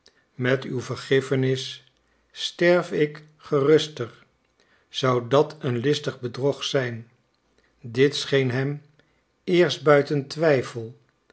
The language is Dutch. met uw vergiffenis sterf ik geruster zou dat een listig bedrog zijn dit scheen hem eerst buiten twijfel